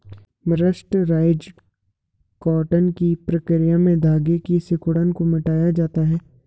mercerised cotton की प्रक्रिया में धागे की सिकुड़न को मिटाया जाता है